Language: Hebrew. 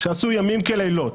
שעשו ימים כלילות